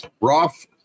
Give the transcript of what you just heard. Roth